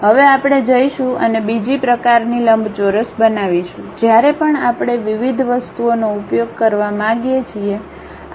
હવે આપણે જઈશું અને બીજી પ્રકારની લંબચોરસ બનાવીશું જ્યારે પણ આપણે વિવિધ વસ્તુઓનો ઉપયોગ કરવા માંગીએ છીએ